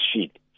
sheet